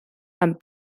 amb